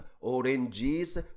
Oranges